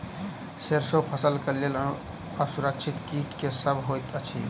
सैरसो फसल केँ लेल असुरक्षित कीट केँ सब होइत अछि?